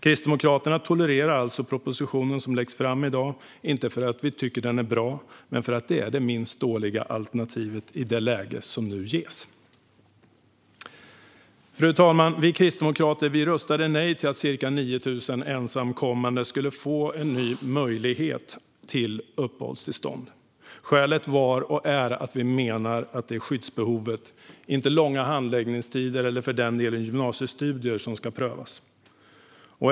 Kristdemokraterna tolererar alltså den proposition som läggs fram i dag, inte för att vi tycker att den är bra men för att den är det minst dåliga alternativet i det läge som nu ges. Fru talman! Vi kristdemokrater röstade nej till att ca 9 000 ensamkommande skulle få en ny möjlighet till uppehållstillstånd. Skälet var och är att vi menar att det är skyddsbehovet, inte långa handläggningstider eller för den delen gymnasiestudier, som ska prövas.